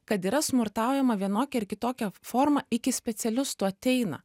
kad yra smurtaujama vienokia ar kitokia forma iki specialistų ateina